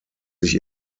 sich